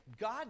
God